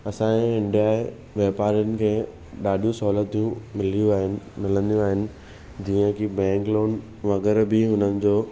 असांजे ॾह वापारियुनि खे ॾाढियूं सहुलतियूं मिलियूं आहिनि मिलंदियू आहिनि जीअं की बैंक लॉन वग़ैरह बि हुननि जो